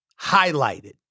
highlighted